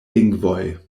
lingvoj